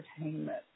entertainment